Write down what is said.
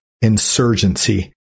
insurgency